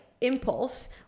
impulse